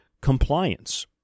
compliance